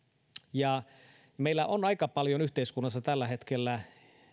meillä on aika paljon yhteiskunnassa tällä hetkellä